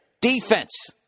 Defense